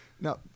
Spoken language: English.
Now